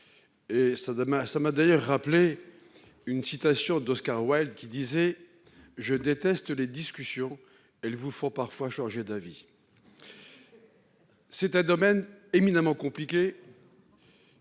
Cela m'a d'ailleurs rappelé une citation d'Oscar Wilde :« Je déteste les discussions ; elles vous font parfois changer d'avis. » Il s'agit d'un domaine éminemment compliqué.